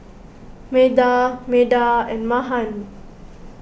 Medha Medha and Mahan